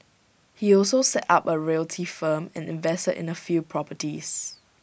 he also set up A reality firm and invested in A few properties